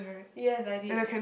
yes I did